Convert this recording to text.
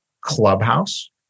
Clubhouse